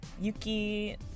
Yuki